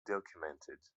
documented